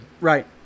Right